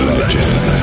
Legend